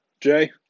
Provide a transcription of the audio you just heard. Jay